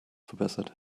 verbessert